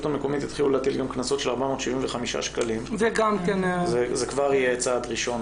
יתחילו להטיל גם קנסות של 475 שקלים זה כבר יהיה צעד ראשון